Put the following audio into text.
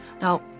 Now